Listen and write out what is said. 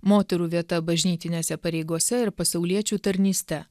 moterų vieta bažnytinėse pareigose ir pasauliečių tarnyste